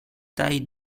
taille